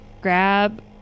grab